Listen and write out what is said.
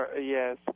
yes